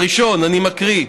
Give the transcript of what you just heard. הראשון, אני מקריא: